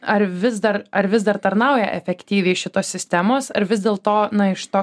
ar vis dar ar vis dar tarnauja efektyviai šitos sistemos ar vis dėlto na iš to